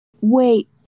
Wait